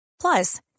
Plus